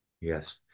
Yes